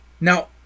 Now